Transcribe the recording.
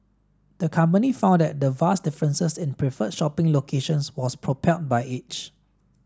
the company found that the vast differences in preferred shopping locations was propelled by age